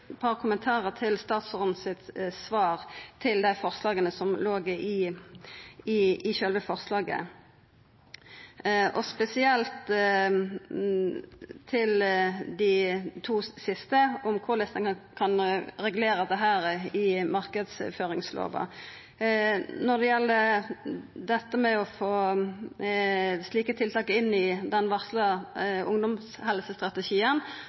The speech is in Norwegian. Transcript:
par kommentarar til svaret frå statsråden med omsyn til forslaga som låg i sjølve representantforslaget, spesielt dei to siste av desse, om korleis ein kan regulera dette i marknadsføringslova. Når det gjeld å få slike tiltak inn i den varsla